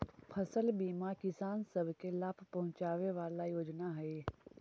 फसल बीमा किसान सब के लाभ पहुंचाबे वाला योजना हई